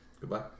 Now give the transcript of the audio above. goodbye